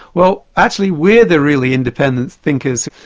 well actually we're the really independent thinkers,